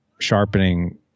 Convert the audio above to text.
sharpening